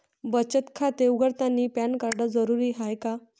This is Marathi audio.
बचत खाते उघडतानी पॅन कार्ड जरुरीच हाय का?